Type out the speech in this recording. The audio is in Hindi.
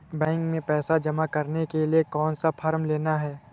बैंक में पैसा जमा करने के लिए कौन सा फॉर्म लेना है?